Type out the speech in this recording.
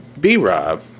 B-Rob